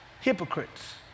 hypocrites